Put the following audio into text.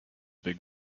big